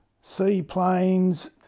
seaplanes